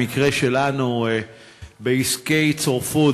במקרה שלנו בעסקי צורפות,